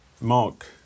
Mark